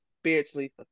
spiritually